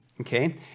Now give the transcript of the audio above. okay